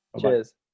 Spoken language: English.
Cheers